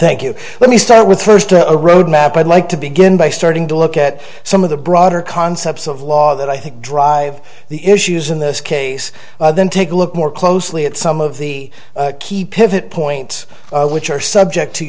thank you let me start with first a roadmap i'd like to begin by starting to look at some of the broader concepts of law that i think drive the issues in this case then take a look more closely at some of the key pivot point which are subject to